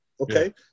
Okay